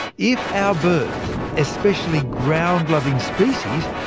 if our birds, especially ground-loving species,